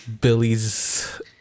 Billy's